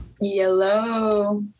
Yellow